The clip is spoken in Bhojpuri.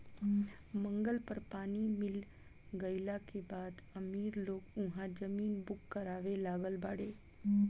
मंगल पर पानी मिल गईला के बाद अमीर लोग उहा जमीन बुक करावे लागल बाड़े